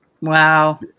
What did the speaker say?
Wow